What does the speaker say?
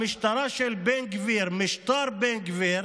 המשטרה של בן גביר, משטר בן גביר